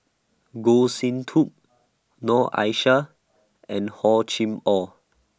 Goh Sin Tub Noor Aishah and Hor Chim Or